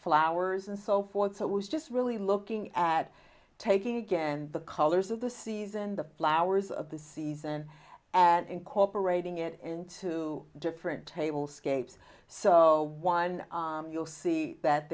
flowers and so forth so it was just really looking at taking again the colors of the season the flowers of the season and incorporating it into different table scapes so one you'll see that